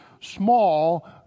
small